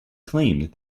claimed